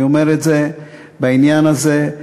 אני אומר את זה בעניין הזה,